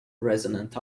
resonant